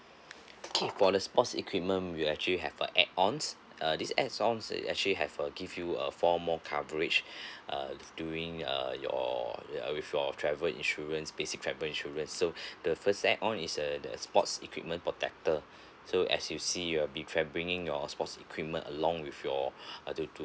okay for the sports equipment we actually have a add ons uh this adds on it actually have a give you uh four more coverage uh during uh your uh with your travel insurance basic travel insurance so the first add on is the the sports equipment protector so as you see you'll be tra~ bringing your sports equipment along with your uh to to